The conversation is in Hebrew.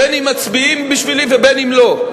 אם מצביעים בשבילי ואם לא,